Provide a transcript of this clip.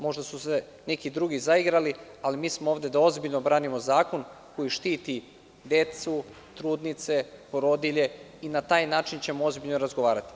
Možda su se neki drugi zaigrali, ali mi smo ovde da ozbiljno branimo zakon koji štiti decu, trudnice, porodilje i na taj način ćemo ozbiljno razgovarati.